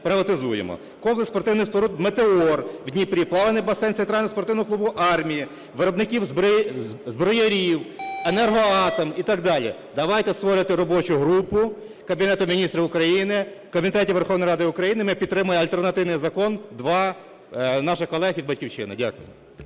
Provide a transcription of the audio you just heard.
комплекс спортивних споруд "Метеор" в Дніпрі; плавальний басейн Центрального спортивного клубу армії, виробників-зброярів, "Енергоатом" і так далі. Давайте створювати робочу групу Кабінету Міністрів України, комітетів Верховної Ради України. Ми підтримаємо альтернативний закон 2 наших колег від "Батьківщина". Дякую.